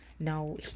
Now